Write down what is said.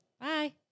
Bye